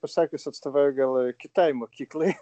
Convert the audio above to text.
pasakius atstovauju gal kitai mokyklai